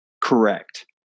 correct